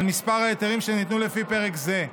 על מספר ההיתרים שניתנו לפי פרק זה,